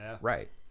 Right